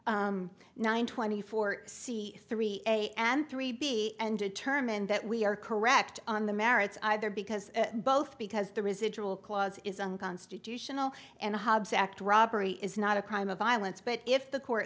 nine twenty four c three a and three b and determine that we are correct on the merits either because both because the residual clause is unconstitutional and hobbs act robbery is not a crime of violence but if the